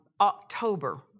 October